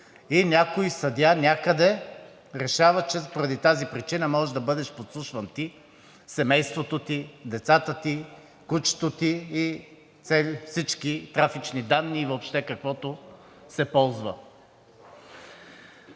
и някой съдия някъде решава, че поради тази причина може да бъдеш подслушван ти, семейството ти, децата ти, кучето ти и всички трафични данни и въобще каквото се ползва.